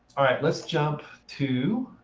all right, let's jump to